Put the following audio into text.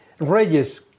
Reyes